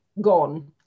gone